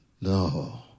No